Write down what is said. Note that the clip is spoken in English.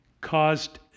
caused